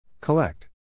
Collect